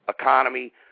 economy